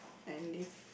and leave